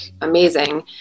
amazing